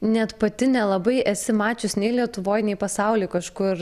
net pati nelabai esi mačius nei lietuvoj nei pasauly kažkur